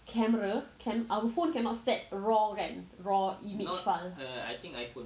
camera our phone cannot set raw kan raw image file